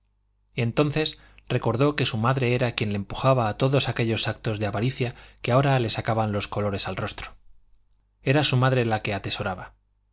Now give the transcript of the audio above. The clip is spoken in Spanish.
entonces recordó que su madre era quien le empujaba a todos aquellos actos de avaricia que ahora le sacaban los colores al rostro era su madre la que atesoraba